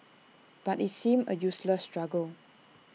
but IT seemed A useless struggle